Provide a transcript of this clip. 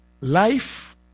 Life